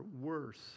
worse